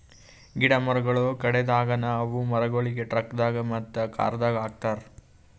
ಗಿಡ ಮರಗೊಳ್ ಕಡೆದ್ ಆಗನ ಅವು ಮರಗೊಳಿಗ್ ಟ್ರಕ್ದಾಗ್ ಮತ್ತ ಕಾರದಾಗ್ ಹಾಕತಾರ್